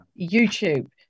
youtube